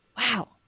Wow